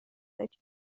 داری